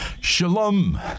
Shalom